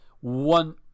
one